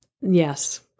Yes